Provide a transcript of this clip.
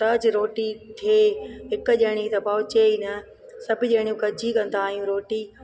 त जे रोटी थिए हिकु ॼणी त पहुंचे ई न सभु ॼणियूं गॾिजी कंदा आहियूं रोटी